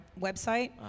website